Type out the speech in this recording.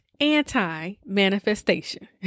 anti-manifestation